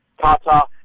Tata